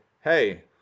Hey